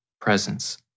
presence